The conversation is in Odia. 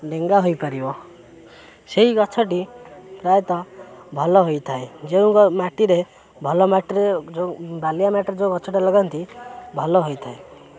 ଡେଙ୍ଗା ହୋଇପାରିବ ସେଇ ଗଛଟି ପ୍ରାୟତଃ ଭଲ ହୋଇଥାଏ ଯେଉଁ ମାଟିରେ ଭଲ ମାଟିରେ ଯେଉଁ ବାଲିଆ ମାଟିରେ ଯେଉଁ ଗଛଟା ଲଗାନ୍ତି ଭଲ ହୋଇଥାଏ